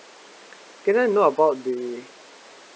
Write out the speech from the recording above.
can I know about the